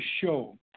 show